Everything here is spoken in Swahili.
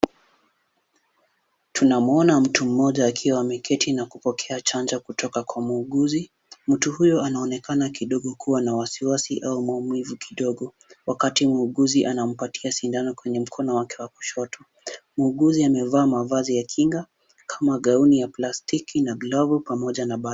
Tunamuona mtu mmoja akiwa ameketi akipokea chanjo kutoka kwa muuguzi, mtu huyo anaonekana kidogo kwa na wasiwasi au maumivu kidogo wakati muuguzi anampatia sindano kwenye mkono wake wa kushoto, muuguzi amevaa mavazi ya kinga kama gauni ya plastiki na glavu pamoja na barakoa.